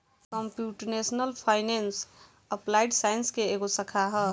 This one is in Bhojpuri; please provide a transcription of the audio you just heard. कम्प्यूटेशनल फाइनेंस एप्लाइड साइंस के एगो शाखा ह